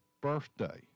birthday